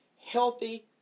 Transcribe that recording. healthy